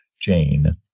Jane